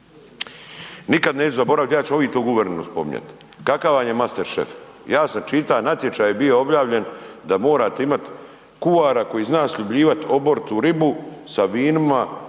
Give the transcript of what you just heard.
Nikad neću zaboraviti ja ću uvik to guverneru spominjat. Kakav vam je mastechef ja sam čita, natječaj je bio objavljen da morate imati kuara koji zna sljubljivat oboritu ribu sa vinima,